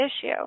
issue